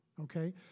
okay